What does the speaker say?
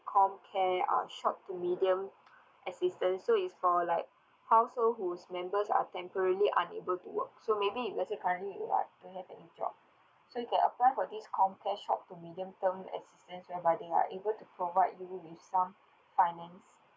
comcare uh short to medium assistance so is for like household whose members are temporarily unable to work so maybe if let's say currently you're don't have any job so you can apply for this comcare short to medium term assistance whereby they are able to provide you with some finance